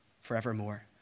forevermore